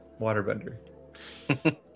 waterbender